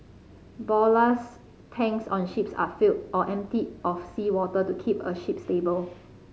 ballast tanks on ships are filled or emptied of seawater to keep a ship stable